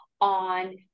on